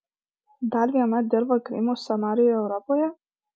dar viena dirva krymo scenarijui europoje